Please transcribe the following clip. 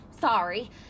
sorry